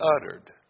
uttered